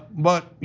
but